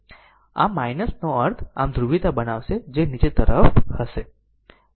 આમ નો અર્થ આમ ધ્રુવીયતા બનાવશે જે તે નીચે તરફ હશે